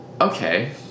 okay